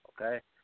Okay